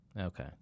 Okay